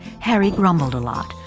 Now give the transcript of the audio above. harry grumbled a lot,